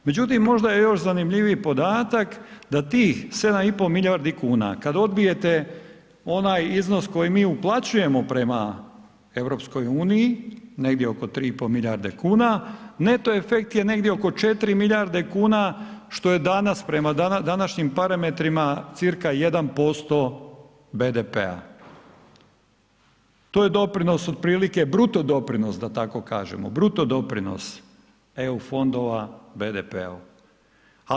Međutim, možda je još zanimljiviji podatak da tih 7,5 milijardi kuna kad odbijete onaj iznos koji mi uplaćujemo prema EU, negdje oko 3,5 milijarde kuna, neto efekt je negdje oko 4 milijarde kuna, što je danas, prema današnjim parametrima cca. 1% BDP-a, to je doprinos otprilike, bruto doprinos da tako kažemo, bruto doprinos EU fondova BDP-u.